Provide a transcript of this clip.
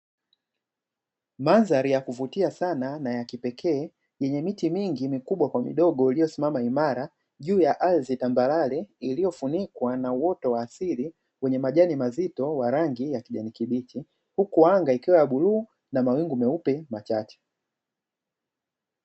Mandhari ya kuvuti sana na ya kipekee yenye miti mingi mikubwa kwa midogo, iliyosimama juu ya ardhi tambarare iliyofunikwa na uwoto wa asili wenye majani mazito ya rangi ya kijani kibichi, huku anga likiwa na rangi ya bluu na meupe machache.